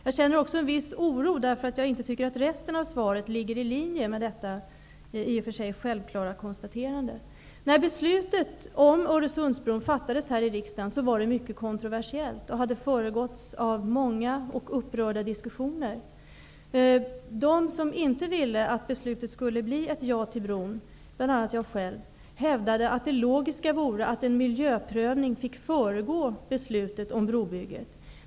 Jag känner också en viss oro därför att jag inte tycker att resten av svaret ligger i linje med detta i och för sig självklara konstaterande. När beslutet om Öresundsbron fattades här i riksdagen var det mycket kontroversiellt och hade föregåtts av många och upprörda diskussioner. De som inte ville att beslutet skulle bli ett ja till bron, bl.a. jag själv, hävdade att det logiska vore att en miljöprövning fick föregå beslutet om brobygget.